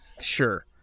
Sure